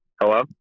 Hello